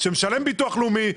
שמשלם ביטוח לאומי,